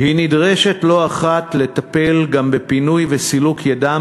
היא נדרשת לא אחת לטפל גם בפינוי ובסילוק ידם